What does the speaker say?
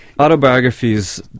Autobiographies